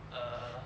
err